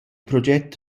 proget